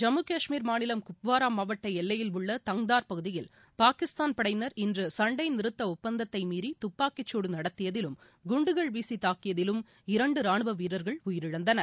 ஜம்முகாஷ்மீர் மாநிலம் குப்வாராமாவட்டஎல்லையில் உள்ள தங்கார் பகுதியில் பாகிஸ்தான் படையினர் இன்றுசண்டைநிறுத்தஒப்பந்தத்தைமீறி துப்பாக்கிச்சூடுநடத்தியதிலும் குண்டுகள் வீசிதாக்கியதிலும் இரண்டுராணுவவீரர்கள் உயிரிழந்தனர்